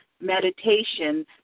meditation